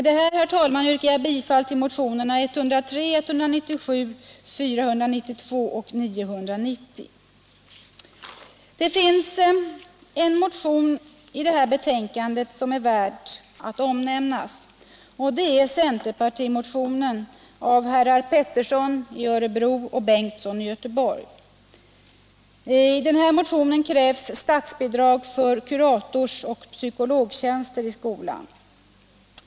Det behandlas en motion till i det här betänkandet som är värd att omnämna, och det är centerpartimotionen av herrar Pettersson i Örebro och Bengtsson i Göteborg. I den motionen krävs statsbidrag för kuratorsoch psykologtjänster i skolan.